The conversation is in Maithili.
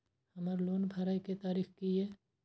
हमर लोन भरए के तारीख की ये?